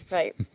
right.